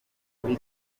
imaze